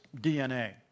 DNA